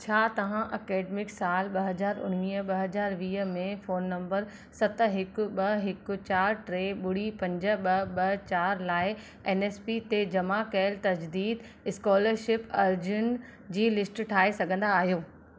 छा तव्हां ऐकडेमिक साल ॿ हज़ार उणिवीह ॿ हज़ार वीह में फोन नंबर सत हिकु ॿ हिकु चारि टे ॿुड़ी पंज ॿ ॿ चारि लाइ एन एस पी ते जमा कयल तजदीद स्कॉलरशिप अर्ज़ियुनि जी लिस्ट ठाहे सघंदा आहियो